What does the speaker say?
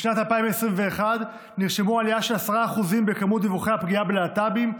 בשנת 2021 נרשמה עלייה של 10% במספר דיווחי הפגיעה בלה"טבים,